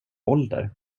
ålder